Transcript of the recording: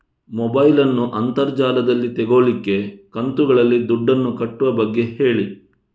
mobile ನ್ನು ಅಂತರ್ ಜಾಲದಲ್ಲಿ ತೆಗೋಲಿಕ್ಕೆ ಕಂತುಗಳಲ್ಲಿ ದುಡ್ಡನ್ನು ಕಟ್ಟುವ ಬಗ್ಗೆ ಹೇಳಿ